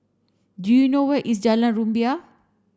do you know where is Jalan Rumbia